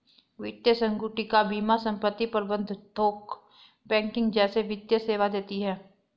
वित्तीय संगुटिका बीमा संपत्ति प्रबंध थोक बैंकिंग जैसे वित्तीय सेवा देती हैं